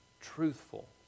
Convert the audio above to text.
truthful